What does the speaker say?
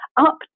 up